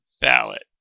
ballot